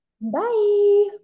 Bye